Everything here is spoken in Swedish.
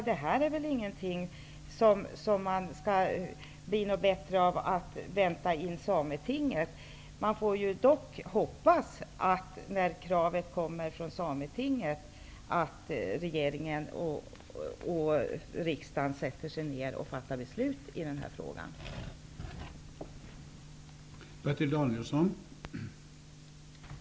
Det blir väl inte bättre om man väntar in sametinget. Man får dock hoppas att regering och riksdag tar sig samman och fattar beslut i den här frågan när kravet kommer från sametinget.